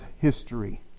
history